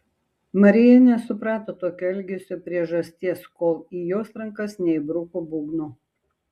marija nesuprato tokio elgesio priežasties kol į jos rankas neįbruko būgno